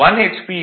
04